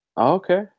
Okay